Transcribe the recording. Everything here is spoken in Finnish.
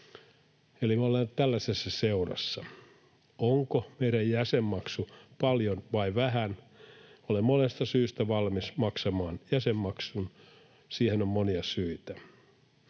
Eli me ollaan nyt tällaisessa seurassa. Onko meidän jäsenmaksu paljon vai vähän? Olen monesta syystä valmis maksamaan jäsenmaksun. Siihen on monia syitä.